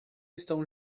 estão